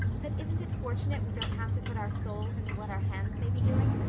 but isn't it fortunate we don't have to put our souls into what our hands may be doing?